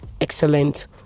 excellent